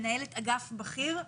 מנהלת אגף בכיר.